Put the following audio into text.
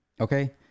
Okay